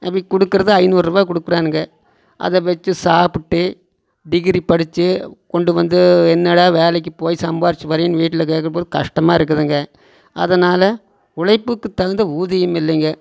அவங் கொடுக்குறதும் ஐநூறுரூவா கொடுக்குறானுங்க அதை வச்சுச் சாப்பிட்டு டிகிரி படித்துக் கொண்டு வந்து என்னடா வேலைக்குப் போய் சம்பாரித்து வரேன்னு வீட்டில் கேட்குறபோதுக் கஷ்டமாக இருக்குதுங்க அதனால் உழைப்புக்குத் தகுந்த ஊதியம் இல்லைங்க